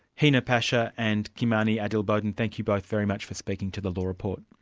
hina pasha and kimani adil boden, thank you both very much for speaking to the law report.